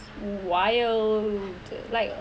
wild like